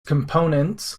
components